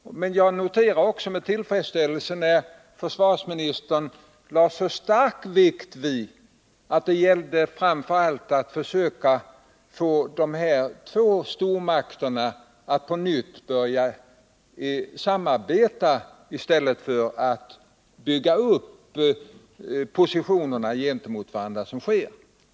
Men jag noterar också med tillfredsställelse att försvarsministern lade så stark vikt vid att det framför allt gällde att försöka få de två aktuella stormakterna att på nytt börja samarbeta i stället för att bygga upp positionerna gentemot varandra, på det sätt som nu sker.